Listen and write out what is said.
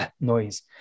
noise